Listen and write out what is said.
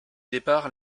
départ